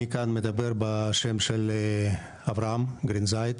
אני כאן מדבר בשמו של אברהם גרינזייד,